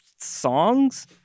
songs